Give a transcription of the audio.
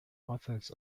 others